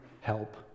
help